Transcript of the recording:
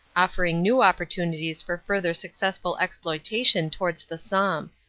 offering new opportunities for further successful exploitation towards the somme.